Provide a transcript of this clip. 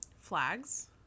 flags